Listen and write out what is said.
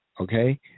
okay